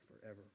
forever